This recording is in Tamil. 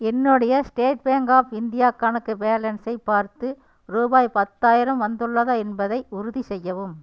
என்னுடைய ஸ்டேட் பேங்க் ஆஃப் இந்தியா கணக்கு பேலன்ஸை பார்த்து ரூபாய் பத்தாயிரம் வந்துள்ளதா என்பதை உறுதிசெய்யவும்